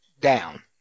down